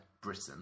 Britain